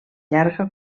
llarga